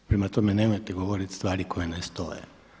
Prema tome, nemojte govoriti stvari koje ne stoje.